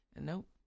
Nope